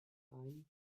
time